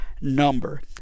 number